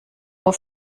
uhr